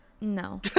No